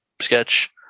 sketch